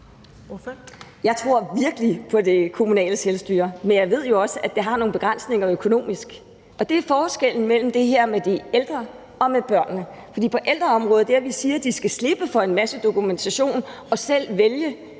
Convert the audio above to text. Jeg tror virkelig på det kommunale selvstyre, men jeg ved jo også, at det har nogle begrænsninger økonomisk. Det er forskellen mellem det her med de ældre og det med børnene. Det, at vi siger, at de på ældreområdet skal slippe for en masse dokumentation og selv vælge,